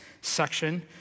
section